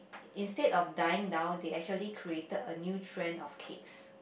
instead of dying down they actually created a new trend of cakes